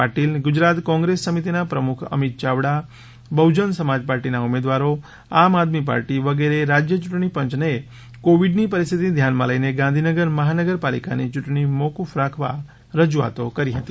પાટીલ ગુજરાત કોંગ્રેસ સમિતીના પ્રમુખ અમિત ચાવડા બહુજન સમાજ પાર્ટીના ઉમેદવારો આમ આદમી પાર્ટી વગેરેએ રાજ્ય યૂંટણી પંચને કોવીડની પરિસ્થિતી ધ્યાનમાં લઇને ગાંધીનગર મહાનગરપાલિકાની ચૂંટણી મોક્રફ રાખવા રજુઆતો કરી હતી